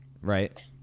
Right